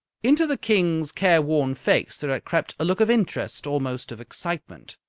into the king's careworn face there had crept a look of interest, almost of excitement.